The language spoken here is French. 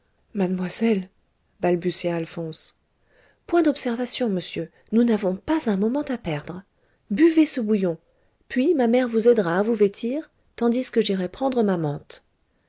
mademoiselle balbutia alphonse point d'observations monsieur nous n'avons pas un moment à perdre buvez ce bouillon puis ma mère vous aidera à vous vêtir tandis que j'irai prendre ma mante